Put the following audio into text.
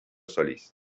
solís